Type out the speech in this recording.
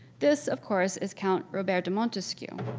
this, of course, is count robert de montesquiou,